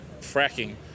fracking